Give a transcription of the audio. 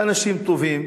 הם אנשים טובים.